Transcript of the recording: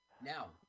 now